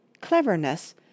cleverness